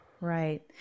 Right